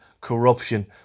corruption